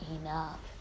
enough